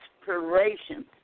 Inspiration